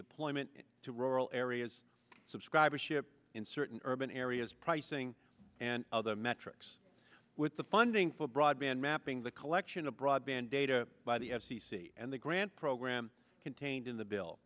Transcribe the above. deployment to rural areas subscribership in certain urban areas pricing and other metro with the funding for broadband mapping the collection of broadband data by the f c c and the grant program contained in the bill